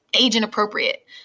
age-inappropriate